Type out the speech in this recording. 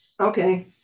okay